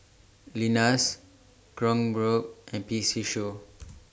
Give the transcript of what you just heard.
Lenas Kronenbourg and P C Show